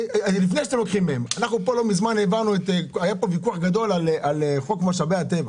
היה פה ויכוח גדול על חוק משאבי הטבע.